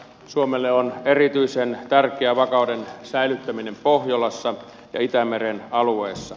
suomelle on erityisen tärkeää vakauden säilyttäminen pohjolassa ja itämeren alueella